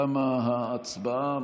תמה ההצבעה.